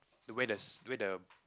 the where the where the